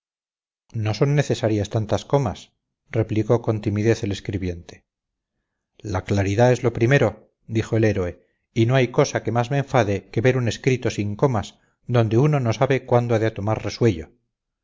no son necesarias tantas comas replicó con timidez el escribiente la claridad es lo primero dijo el héroe y no hay cosa que más me enfade que ver un escrito sin comas donde uno no sabe cuándo ha de tomar resuello